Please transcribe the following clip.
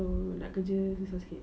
so nak kerja susah sikit